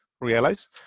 realize